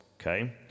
Okay